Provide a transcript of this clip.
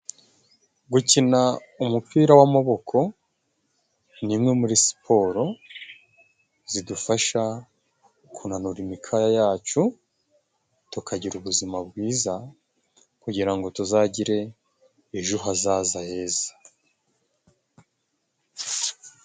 Gukina umupira w'amaboko ni imwe muri siporo zidufasha kunanura imikaya yacu tukagira ubuzima bwiza kugira ngo tuzagire ejo hazaza heza.